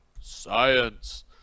science